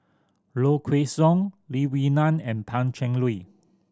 Low Kway Song Lee Wee Nam and Pan Cheng Lui